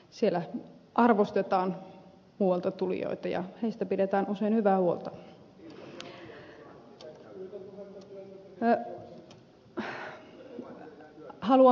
siellä arvostetaan muualta tulijoita ja heistä pidetään usein hyvää huolta